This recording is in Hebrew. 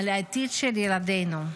על העתיד של ילדינו.